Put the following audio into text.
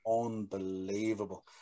Unbelievable